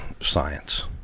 science